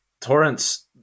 torrents